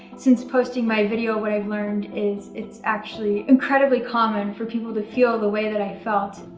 since posting my video, what i've learned is it's actually incredibly common for people to feel the way that i felt.